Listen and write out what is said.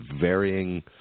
varying